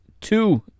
Two